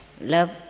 love